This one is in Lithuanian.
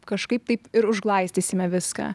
kažkaip taip ir užglaistysime viską